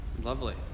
Lovely